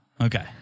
Okay